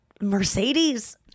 mercedes